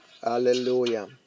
Hallelujah